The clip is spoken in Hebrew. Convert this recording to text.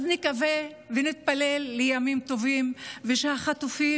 אז נקווה ונתפלל לימים טובים ושהחטופים